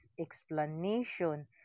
explanation